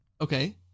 Okay